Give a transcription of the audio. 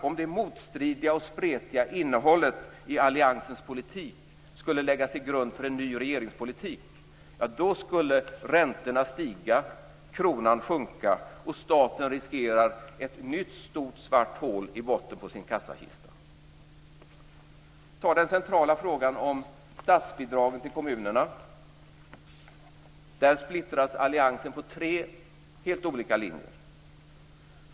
Om det motstridiga och spretiga innehållet i alliansens politik skulle läggas till grund för en ny regeringspolitik, då skulle räntorna stiga, kronan sjunka och staten riskera ett nytt svart hål i botten på kassakistan. Se på den centrala frågan om statsbidragen till kommunerna. Där splittras alliansen på tre helt olika linjer.